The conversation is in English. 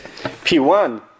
P1